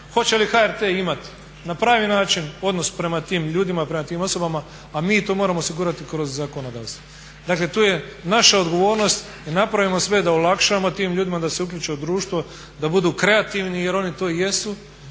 Hoće li HRT imati na pravi način odnos prema tim ljudima, prema tim osobama, a mi to moramo osigurati kroz zakonodavstvo. Dakle tu je naša odgovornost i napravimo sve da olakšamo tim ljudima da se uključe u društvo, da budu kreativni jer oni to i jesu